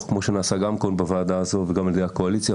כמו שנעשה גם בוועדה הזאת וגם על ידי הקואליציה,